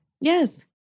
Yes